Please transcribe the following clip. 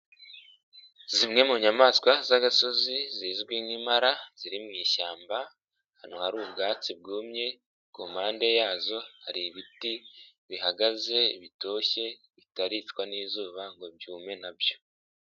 Zimwe mu nyamaswa z'agasozi, zizwi nk'impara, ziri mu ishyamba, ahantu hari ubwatsi bwumye, ku mpande yazo hari ibiti, bihagaze, bitoshye, bitaricwa n'izuba ngo byume na byo.